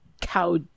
cow